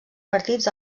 partits